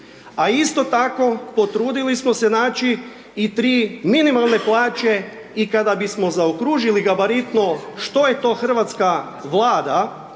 a isto tako potrudili smo se naći i tri minimalne plaće i kada bismo zaokružili gabaritno što je to hrvatska Vlada